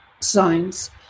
signs